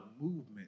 movement